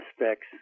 aspects